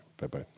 Bye-bye